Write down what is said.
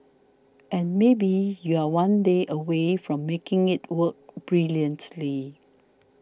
and maybe you're one day away from making it work brilliantly